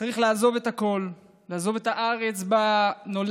צריך לעזוב את הכול, לעזוב את הארץ שבה נולד,